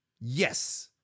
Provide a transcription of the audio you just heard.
Yes